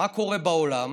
מה קורה בעולם.